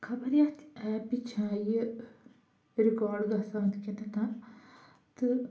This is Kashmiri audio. خبَر یَتھ ایٚپہِ چھا یہِ رِکارڈ گژھان کِنہٕ نہ تہٕ